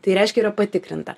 tai reiškia yra patikrinta